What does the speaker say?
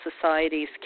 societies